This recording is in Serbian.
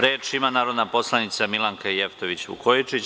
Reč ima narodna poslanica Milanka Jevtović Vukojičić.